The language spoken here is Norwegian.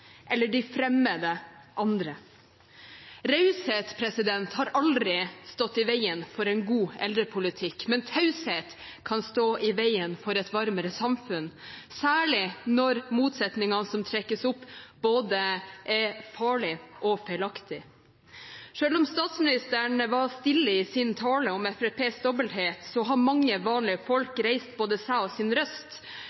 eller de fremmede andre. Raushet har aldri stått i veien for en god eldrepolitikk, men taushet kan stå i veien for et varmere samfunn, særlig når motsetningene som trekkes opp, både er farlige og feilaktige. Selv om statsministeren var stille i sin tale om Fremskrittspartiets dobbelthet, har mange vanlige folk reist både seg og sin røst